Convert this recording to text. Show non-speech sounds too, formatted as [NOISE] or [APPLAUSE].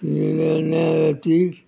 [UNINTELLIGIBLE]